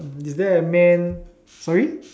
is there a man sorry